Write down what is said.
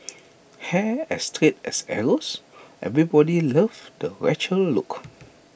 hair as straight as arrows everybody loved the Rachel look